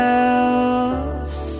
else